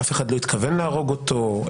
אף אחד לא התכוון להרוג אותו,